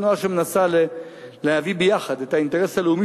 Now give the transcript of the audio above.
תנועה שמנסה לשלב את האינטרס הלאומי,